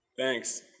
Thanks